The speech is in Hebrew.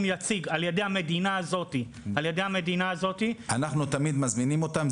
יציג על-ידי המדינה הזאת -- אנחנו תמיד מזמינים אותם.